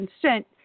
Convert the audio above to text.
consent